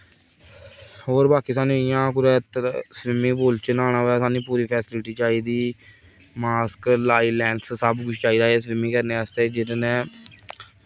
होर बाकी सानूं इ'यां कुदै स्विमिंग पूल च न्हानां होऐ सानूं पूरी फैसिलिटी चाहिदी मास्क आई लेंस सब कुछ चाहिदा स्विमिंग करने आस्तै जेह्दे ने